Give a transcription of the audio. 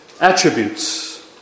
attributes